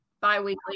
bi-weekly